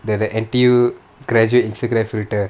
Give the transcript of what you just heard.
the the N_T_U graduate Instagram filter